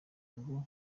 ngo